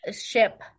ship